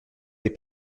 les